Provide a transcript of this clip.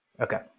Okay